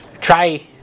Try